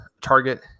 target